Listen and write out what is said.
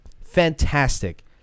fantastic